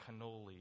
cannoli